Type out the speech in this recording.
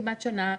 כמעט שנה,